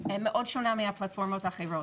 מאוד שונה מהפלטפורמות האחרות.